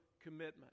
commitment